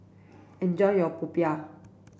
enjoy your popiah